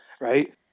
right